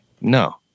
no